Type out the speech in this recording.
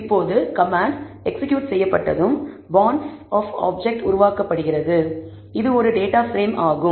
இப்போது command execute செய்யப்பட்டதும் பாண்ட்ஸ்ஸின் ஒரு ஆப்ஜெக்ட் உருவாக்கப்படுகிறது இது ஒரு டேட்டா பிரேம் ஆகும்